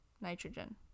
nitrogen